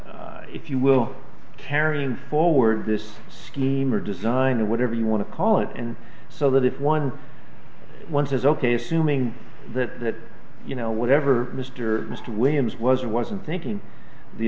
are if you will carrying forward this scheme or design or whatever you want to call it and so that if one one says ok assuming that that you know whatever mr mr williams was or wasn't thinking the